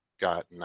got